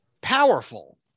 powerful